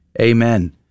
Amen